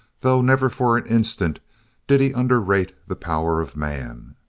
though never for an instant did he under-rate the power of man.